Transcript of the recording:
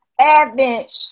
Advent